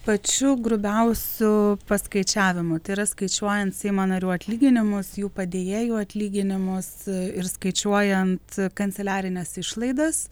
pačiu grubiausiu paskaičiavimu tai yra skaičiuojant seimo narių atlyginimus jų padėjėjų atlyginimus ir skaičiuojant kanceliarines išlaidas